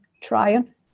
trying